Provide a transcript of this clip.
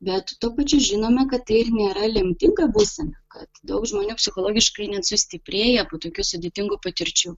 bet tuo pačiu žinome kad tai ir nėra lemtinga būsena kad daug žmonių psichologiškai net sustiprėja po tokių sudėtingų patirčių